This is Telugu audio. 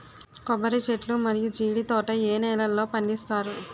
కొబ్బరి చెట్లు మరియు జీడీ తోట ఏ నేలల్లో పండిస్తారు?